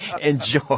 enjoy